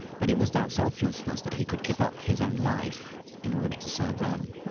but it was that selflessness that he could give up his own life in order to serve them